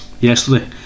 yesterday